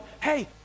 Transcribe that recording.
hey